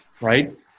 right